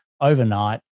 overnight